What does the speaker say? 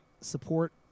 support